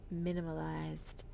minimalized